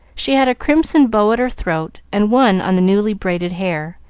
she had a crimson bow at her throat and one on the newly braided hair,